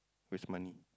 waste money